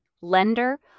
lender